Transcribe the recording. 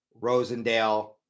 Rosendale